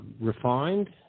refined